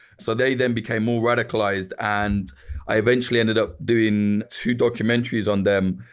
so they then became more radicalized and i eventually ended up doing two documentaries on them.